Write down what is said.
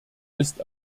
ist